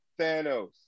Thanos